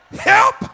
help